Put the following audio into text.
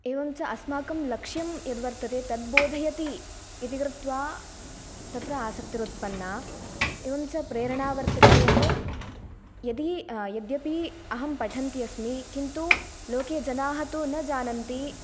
एवं च आस्माकं लक्ष्यं यद्वर्तते तद्बोधयति इति कृत्वा तत्र आसक्तिरुत्पन्ना एवं च प्रेरणा वर्तते यत् यदि यद्यपि अहं पठन्त्यस्मि किन्तु लोके जनाः तु न जानन्ति